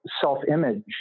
self-image